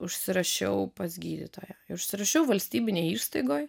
užsirašiau pas gydytoją užsirašiau valstybinėj įstaigoj